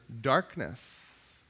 darkness